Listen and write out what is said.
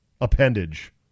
appendage